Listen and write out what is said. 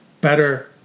better